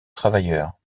travailleurs